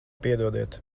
piedodiet